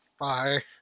Bye